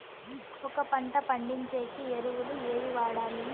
ఒక పంట పండించేకి ఎరువులు ఏవి వాడాలి?